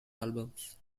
albums